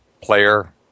player